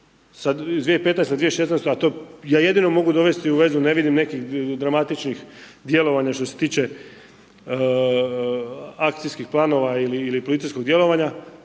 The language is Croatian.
sa 2015. na 2016. a to ja jedino mogu dovesti u vezu, ne vidim nekih dramatičnih djelovanja što se tiče akcijskih plana ili policijskog djelovanja